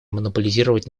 монополизировать